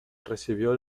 recibió